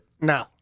no